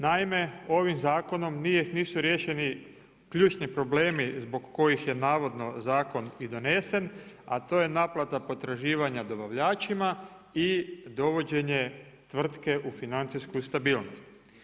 Naime, ovim zakonom nisu riješeni ključni problemi zbog kojih je navodno zakon i donesen, a to je naplata potraživanja dobavljačima i dovođenje tvrtke u financijsku stabilnost.